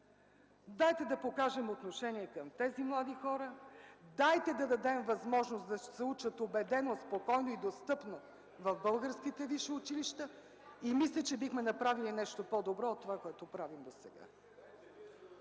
дайте да покажем отношение към тези млади хора, дайте да дадем възможност да се учат убедено, спокойно и достъпно в българските висши училища и мисля, че бихме направили нещо по-добро от това, което правим досега.